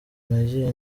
nagiye